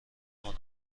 کند